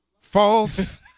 False